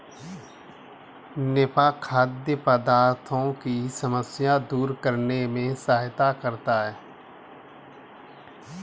निफा खाद्य पदार्थों की समस्या दूर करने में सहायता करता है